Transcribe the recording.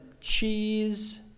cheese